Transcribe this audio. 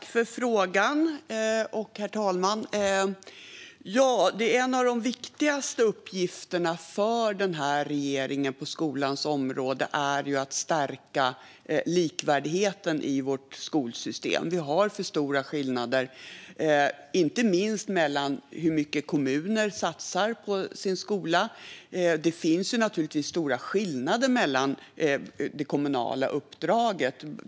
Herr talman! Jag tackar för frågan. En av de viktigaste uppgifterna på skolans område för den här regeringen är att stärka likvärdigheten i vårt skolsystem. Vi har för stora skillnader, inte minst mellan hur mycket olika kommuner satsar på sin skola. Det finns naturligtvis stora skillnader i det kommunala uppdraget.